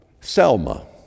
Selma